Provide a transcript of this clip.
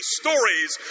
stories